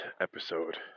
episode